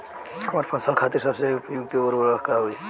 हमार फसल खातिर सबसे उपयुक्त उर्वरक का होई?